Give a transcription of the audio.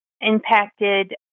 impacted